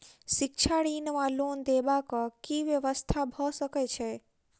शिक्षा ऋण वा लोन देबाक की व्यवस्था भऽ सकै छै?